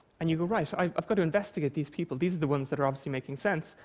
and you go, right, i've got to investigate these people. these are the ones that are obviously making sense.